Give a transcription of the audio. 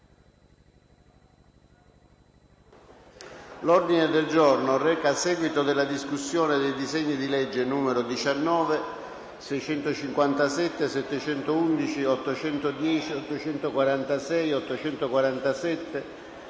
L'ordine del giorno reca il seguito della discussione dei disegni di legge nn. 19, 657, 711, 810, 846, 847,